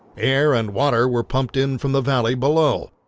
air and water were pumped in from the valley below.